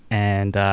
and.